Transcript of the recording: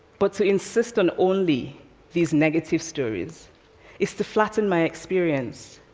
but to insist on only these negative stories is to flatten my experience